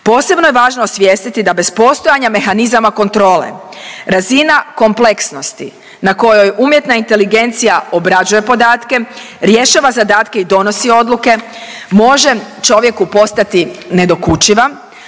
Posebno je važno osvijestiti da bez postojanja mehanizama kontrole razina kompleksnosti na kojoj umjetna inteligencija obrađuje podatke rješava zadatke i donosi odluke može čovjeku postati nedokučiva,